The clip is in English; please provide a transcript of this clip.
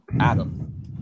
Adam